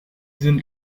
sind